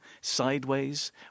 Sideways